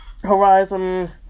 Horizon